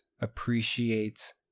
appreciates